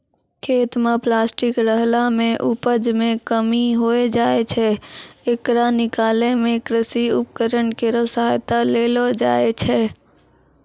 खेत म प्लास्टिक रहला सें उपज मे कमी होय जाय छै, येकरा निकालै मे कृषि उपकरण केरो सहायता लेलो जाय छै